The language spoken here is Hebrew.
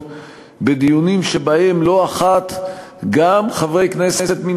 בדיונים שבהם לא אחת גם חברי כנסת מן